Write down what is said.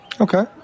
Okay